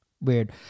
weird